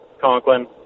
Conklin